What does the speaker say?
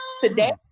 today